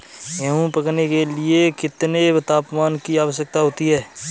गेहूँ पकने के लिए कितने तापमान की आवश्यकता होती है?